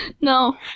No